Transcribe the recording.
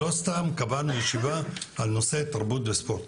לא סתם קבענו ישיבה על נושא תרבות וספורט,